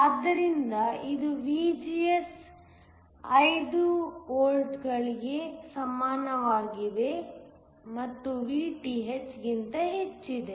ಆದ್ದರಿಂದ ಇದು VGS 5 ವೋಲ್ಟ್ಗಳಿಗೆ ಸಮಾನವಾಗಿದೆ ಮತ್ತು Vth ಗಿಂತ ಹೆಹೆಚ್ಚಿದೆ